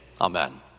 Amen